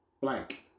blank